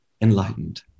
enlightened